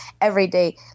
everyday